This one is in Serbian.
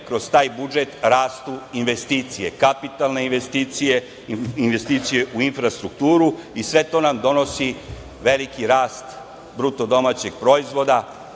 kroz taj budžet rastu investicije, kapitalne investicije, investicije u infrastrukturu i sve to nam donosi veliki rast BDP, da li